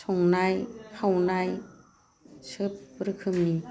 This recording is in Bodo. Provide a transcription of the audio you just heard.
संनाय खावनाय सोब रोखोमनि